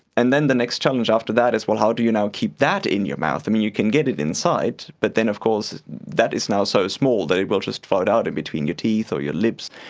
and then the next challenge after that is, well, how do you now keep that in your mouth? i mean, you can get it inside but then of course that is now so small that it will just float out and between your teeth or your lips,